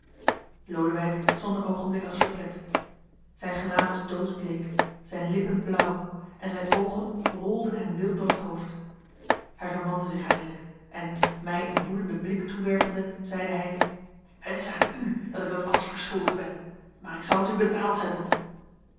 lodewijk stond een oogenblik als verplet zijn gelaat was doodsbleek zijn lippen blauw en zijn oogen rolden hem wild door t hoofd hij vermande zich eindelijk en mij een woedenden blik toewerpende zeide hij het is aan u dat ik dat alles verschuldigd ben maar ik zal het u betaald zetten